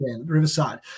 Riverside